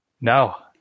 No